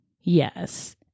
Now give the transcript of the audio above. yes